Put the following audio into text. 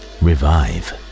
revive